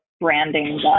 branding